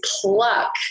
pluck